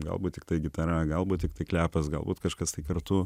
galbūt tiktai gitara galbūt tiktai klepas galbūt kažkas tai kartu